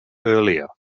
earlier